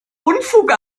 unfug